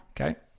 Okay